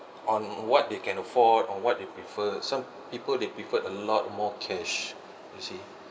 on what they can afford or what they prefer some people they preferred a lot more cash you see